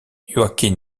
joaquin